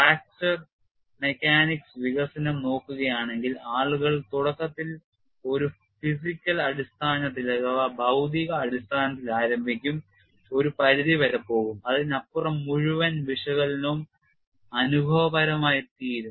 fracture mechanics വികസനം നോക്കുകയാണെങ്കിൽ ആളുകൾ തുടക്കത്തിൽ ഒരു ഭൌതിക അടിസ്ഥാനത്തിൽ ആരംഭിക്കും ഒരു പരിധിവരെ പോകും അതിനപ്പുറം മുഴുവൻ വിശകലനവും അനുഭവപരമായിത്തീരും